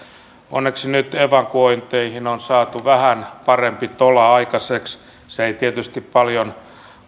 onneksi nyt evakuointeihin on saatu vähän parempi tola aikaiseksi se ei tietysti paljon